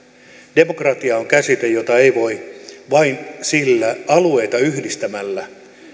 demokratia on käsite jota ei voi voi vain sillä alueita yhdistämällä